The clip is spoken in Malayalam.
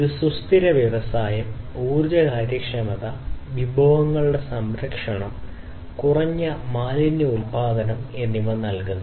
ഒരു സുസ്ഥിര വ്യവസായം ഊർജ്ജ കാര്യക്ഷമത വിഭവങ്ങളുടെ സംരക്ഷണം കുറഞ്ഞ മാലിന്യ ഉത്പാദനം എന്നിവ നൽകുന്നു